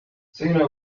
senna